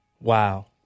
Wow